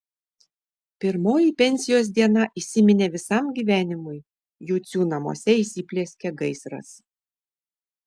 pirmoji pensijos diena įsiminė visam gyvenimui jucių namuose įsiplieskė gaisras